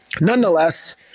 nonetheless